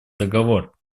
договор